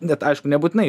bet aišku nebūtinai